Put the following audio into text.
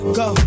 go